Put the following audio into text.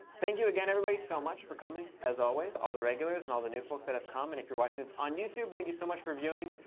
thank you again, everybody, so much for coming as always. all the regulars, and all the new folks that have come. and if you're watching this on youtube, thank you so much for viewing.